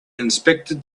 inspected